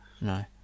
no